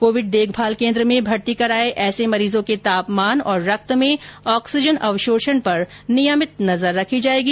Covid देखभाल केंद्र में भर्ती कराए ऐसे मरीजों के तापमान और रक्त में ऑक्सीजन अवशोषण पर नियमित नजर रखी जाएगी